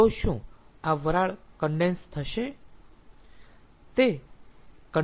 તો શું આ વરાળ કન્ડેન્સ થશે